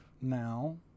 now